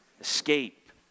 Escape